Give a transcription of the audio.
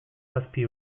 zazpi